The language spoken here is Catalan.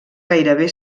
gairebé